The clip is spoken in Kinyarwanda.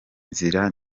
nzira